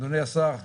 אדוני השר.